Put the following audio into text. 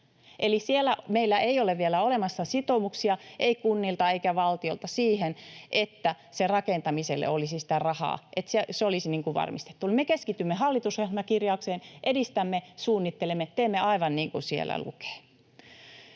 Eli siellä meillä ei ole vielä olemassa sitoumuksia, ei kunnilta eikä valtiolta siihen, että sen rakentamiselle olisi rahaa, että se olisi varmistettu. Me keskitymme hallitusohjelmakirjaukseen, eli edistämme, suunnittelemme, teemme aivan niin kuin siellä lukee.